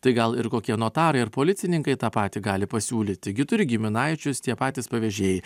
tai gal ir kokie notarai ir policininkai tą patį gali pasiūlyti gi turi giminaičius tie patys pavežėjai